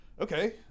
okay